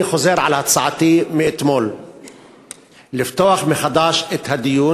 אני חוזר על הצעתי מאתמול לפתוח מחדש את הדיון,